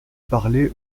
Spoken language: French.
parlait